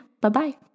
Bye-bye